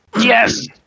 yes